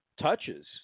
touches